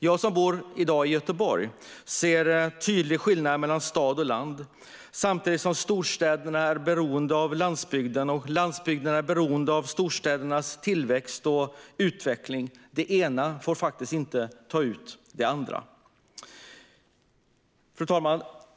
Jag som i dag bor i Göteborg ser tydlig skillnad mellan stad och land, samtidigt som storstäderna är beroende av landsbygden och landsbygden är beroende av storstädernas tillväxt och utveckling. Det ena får faktiskt inte ta ut det andra. Fru talman!